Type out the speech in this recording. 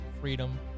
freedom